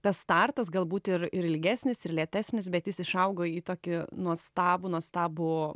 tas startas galbūt ir ir ilgesnis ir lėtesnis bet jis išaugo į tokį nuostabų nuostabų